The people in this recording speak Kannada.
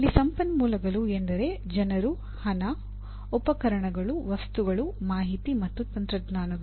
ಇಲ್ಲಿ ಸಂಪನ್ಮೂಲಗಳು ಎಂದರೆ ಜನರು ಹಣ ಉಪಕರಣಗಳು ವಸ್ತುಗಳು ಮಾಹಿತಿ ಮತ್ತು ತಂತ್ರಜ್ಞಾನಗಳು